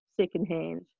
secondhand